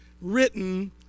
written